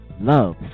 love